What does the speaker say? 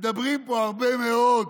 מדברים פה הרבה מאוד